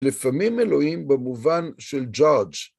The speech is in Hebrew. לפעמים אלוהים במובן של judge